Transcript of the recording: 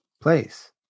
place